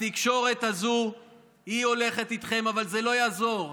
התקשורת הזו הולכת איתכם, אבל זה לא יעזור.